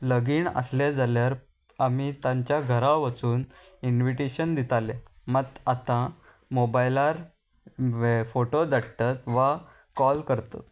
लगीण आसलें जाल्यार आमी तांच्या घरा वचून इन्विटेशन दिताले मात आतां मोबायलार फोटो धाडटात वा कॉल करतात